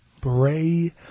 Bray